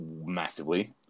massively